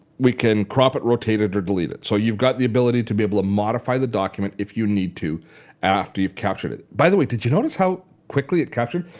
we can crop it, rotate it or delete it. so you've got the ability to be able to modify the document if you need to after you've captured it. by the way, did you notice how quickly it captured?